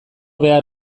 behar